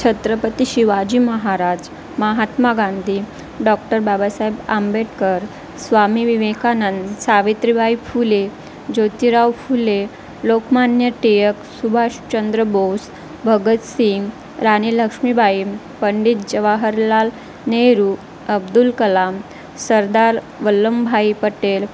Chhatrapati Shivaji Maharaj Mahatma Gandhi doctor Babasaheb Ambedkar Swami Vivekananda Savitribai Phule Jyotirao Phule Lokmanya Tilak Subhashchandra Bose Bhagat Singh Rani Lakshmibai Pandit Jawaharlal Nehru Abdul Kalam Sardar Vallabhbhai Patel